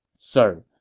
sir,